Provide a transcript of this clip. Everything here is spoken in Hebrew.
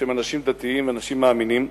שהם אנשים דתיים ומאמינים.